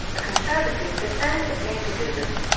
a conservative defense of nativism.